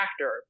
actor